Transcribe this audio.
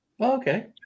okay